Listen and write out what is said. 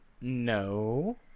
No